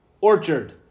orchard